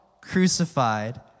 crucified